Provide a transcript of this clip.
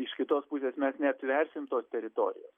iš kitos pusės mes neaptversim tos teritorijos